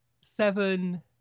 Seven